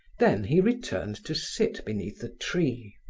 then he returned to sit beneath the tree.